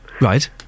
Right